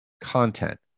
content